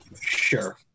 Sure